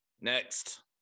next